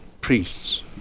priests